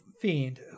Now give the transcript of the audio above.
fiend